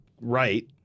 right